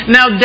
Now